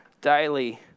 daily